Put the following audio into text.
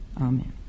Amen